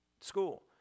school